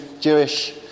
Jewish